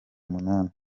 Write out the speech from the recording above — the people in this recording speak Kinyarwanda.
umunani